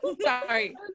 Sorry